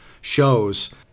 shows